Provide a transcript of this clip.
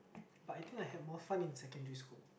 but I think I had more fun in secondary school